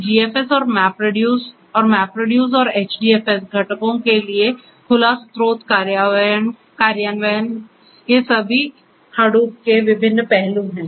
तो GFS और MapReduce और MapReduce और HDFS घटकों के लिए खुला स्रोत कार्यान्वयन ये सभी Hadoop के विभिन्न पहलू हैं